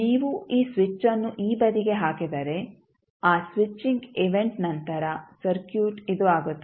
ನೀವು ಈ ಸ್ವಿಚ್ ಅನ್ನು ಈ ಬದಿಗೆ ಹಾಕಿದರೆ ಆ ಸ್ವಿಚಿಂಗ್ ಈವೆಂಟ್ ನಂತರ ಸರ್ಕ್ಯೂಟ್ ಇದು ಆಗುತ್ತದೆ